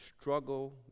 struggle